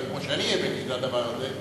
כמו שאני הבאתי את הדבר הזה,